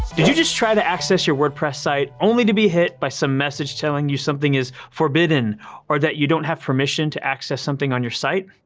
did you just try to access your wordpress site only to be hit by some message telling you something is forbidden or that you don't have permission to access something on your site?